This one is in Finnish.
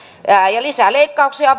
ja lisää leikkauksia